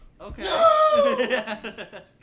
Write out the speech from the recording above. Okay